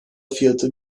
fiyatı